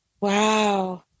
wow